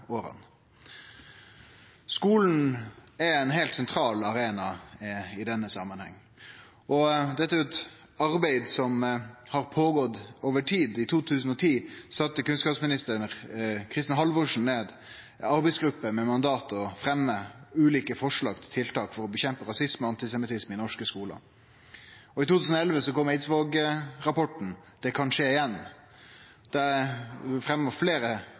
Skulen er ein heilt sentral arena i denne samanhengen. Dette er et arbeid som har pågått over tid. I 2010 sette kunnskapsminister Kristin Halvorsen ned ei arbeidsgruppe med mandat til å fremje ulike forslag til tiltak for å kjempe mot rasisme og antisemittisme i norske skular. Og i 2011 kom Eidsvåg-rapporten Det kan skje igjen, der det blei fremja fleire